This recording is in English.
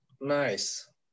Nice